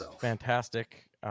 fantastic